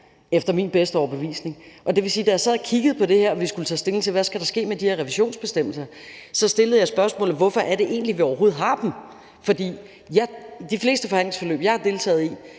efter min bedste overbevisning helt mærkeligt. Da jeg sad og kiggede på det her og vi skulle tage stilling til, hvad der skal ske med de revisionsbestemmelser, så stillede jeg spørgsmålet: Hvorfor har vi dem overhovedet? I de fleste forhandlingsforløb, jeg har deltaget i,